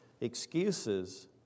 excuses